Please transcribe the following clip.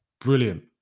Brilliant